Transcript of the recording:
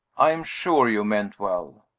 i am sure you meant well.